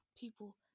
people